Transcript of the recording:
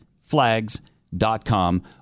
Flags.com